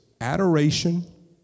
adoration